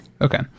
okay